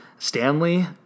Stanley